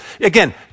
again